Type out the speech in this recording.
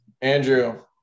Andrew